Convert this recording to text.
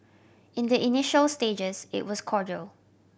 in the initial stages it was cordial